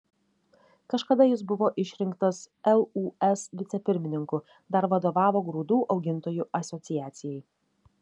kažkada jis buvo išrinktas lūs vicepirmininku dar vadovavo grūdų augintojų asociacijai